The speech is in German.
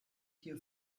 hier